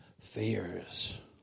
fears